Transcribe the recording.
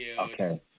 Okay